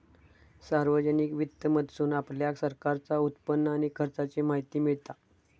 सार्वजनिक वित्त मधसून आपल्याक सरकारचा उत्पन्न आणि खर्चाची माहिती मिळता